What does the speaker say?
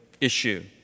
issue